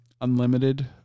unlimited